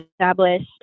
established